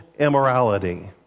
immorality